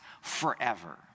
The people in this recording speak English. forever